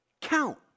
count